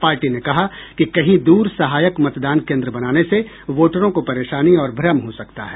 party ने कहा कि कहीं दूर सहायक मतदान केन्द्र बनाने से वोटरों को परेशानी और भ्रम हो सकता है